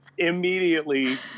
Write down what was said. Immediately